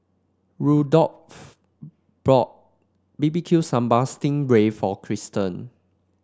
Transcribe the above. rudolph bought B B Q Sambal Sting Ray for Christen